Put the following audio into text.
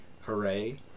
Hooray